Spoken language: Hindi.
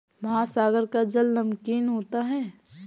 महासागर का जल नमकीन होता है